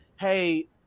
hey